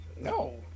No